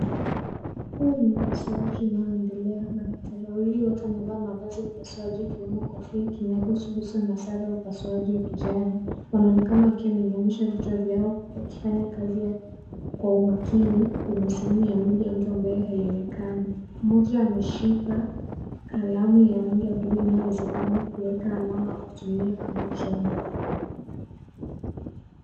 Huu ni upasuaji unao endelea, madaktari wawili wamevaa mavazi ya upasuaji ikiwemo kofia kinego cha uso na are ya upasuaji ya kijani, wanaonekana wakiwa wameinamisha vichwa vyao wakifanya kazi yao kwa umakini, kwenye d hemu ya mwili ya mtu ambaye haionekani, mmoja ameshika, kalamu ya rangi ya (cs)blue(cs), inayo uwezekano kuweka alama au kutumia kama chombo.